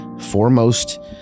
foremost